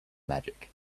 magic